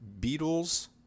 Beatles